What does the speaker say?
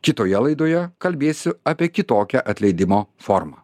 kitoje laidoje kalbėsiu apie kitokią atleidimo formą